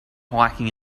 hiking